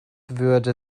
würde